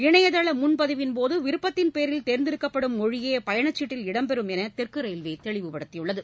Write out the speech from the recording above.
இணையதளமுன்பதிவின்போது விருப்பத்தின் பேரில் தேர்ந்தெடுக்கப்படும் மொழியே பயணச்சீட்டில் இடம்பெறும் என்றுதெற்குரயில்வேதெளிவுபடுத்தியுள்ளது